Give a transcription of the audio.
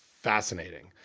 fascinating